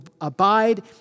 abide